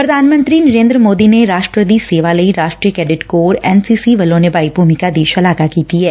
ਪ੍ਰਧਾਨ ਮੰਤਰੀ ਨਰੇਂਦਰ ਮੋਦੀ ਨੇ ਰਾਸ਼ਟਰ ਦੀ ਸੇਵਾ ਲਈ ਰਾਸ਼ਟਰੀ cadet corps N C C ਵੱਲੋਂ ਨਿਭਾਈ ਭੂਮਿਕਾ ਦੀ ਸ਼ਲਾਘਾ ਕੀਤੀ ਐ